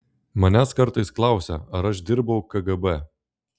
manęs kartais klausia ar aš dirbau kgb